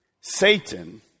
Satan